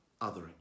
othering